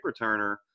returner